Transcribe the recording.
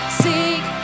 seek